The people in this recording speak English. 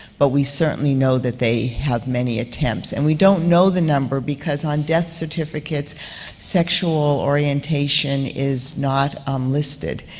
but we certainly know that they have many attempts. and we don't know the number, because on death certificates sexual orientation is not um listed,